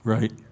Right